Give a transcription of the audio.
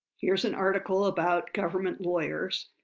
here's an article about government lawyers,